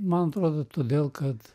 man atrodo todėl kad